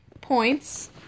points